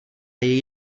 její